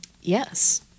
Yes